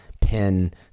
pin